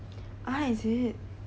ah is it